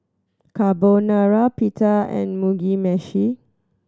Carbonara Pita and Mugi Meshi